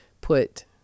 put